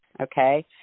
okay